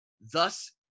Thus